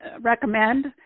recommend